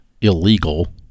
illegal